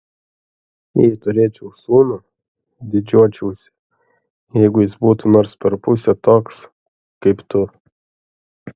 jei turėčiau sūnų didžiuočiausi jeigu jis būtų nors per pusę toks kaip tu